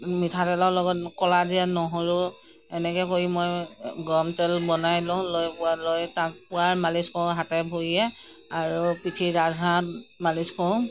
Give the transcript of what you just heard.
মিঠাতেলৰ লগত ক'লাজিৰা নহৰু এনেকৈ কৰি মই গৰম তেল বনাই লওঁ লৈ পূৰা লৈ তাক পূৰা মালিচ কৰোঁ হাতে ভৰিয়ে আৰু পিঠিত ৰাজহাড়ত মালিচ কৰোঁ